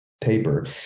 paper